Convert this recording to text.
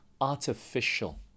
artificial